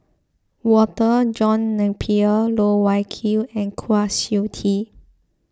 Walter John Napier Loh Wai Kiew and Kwa Siew Tee